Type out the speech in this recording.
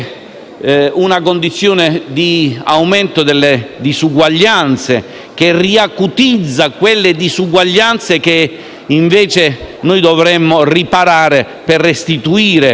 una condizione di aumento delle diseguaglianze, che riacutizza quelle diseguaglianze che, invece, dovremmo riparare, per restituire